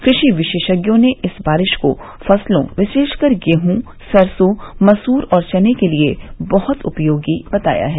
कृषि विशेषज्ञों ने इस बारिश को फसलों विशेषकर गेहूँ सरसो मसूर और चने के लिए बहत उपयोगी बताया है